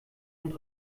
und